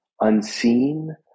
Unseen